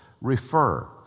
refer